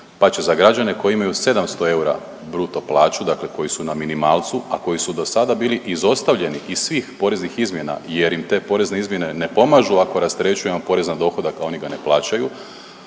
Pa će za građane koji imaju 700 eura bruto plaću, dakle koji su na minimalcu, a koji su dosada bili izostavljeni iz svih poreznih izmjena jer im te porezne izmjene na pomažu ako rasterećujemo porez na dohodak, a oni ga ne plaćaju,